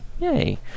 Yay